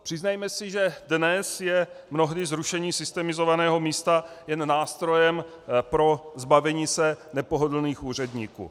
Přiznejme si, že dnes je mnohdy zrušení systemizovaného místa jen nástrojem pro zbavení se nepohodlných úředníků.